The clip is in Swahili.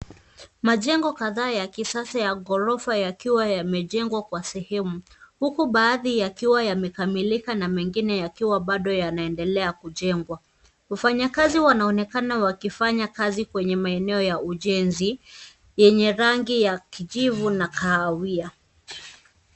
Majengo kadhaa ya kisasa ya ghorofa yakiwa yamejengwa kwa sehemu huku baadhi yakiwa yamekamilika na mengine yakiwa bado yanaendelea kujengwa. Wafanyakazi wanaonekana wakifanya kazi kwenye maeneo ya ujenzi yenye rangi ya kijivu na kahawia.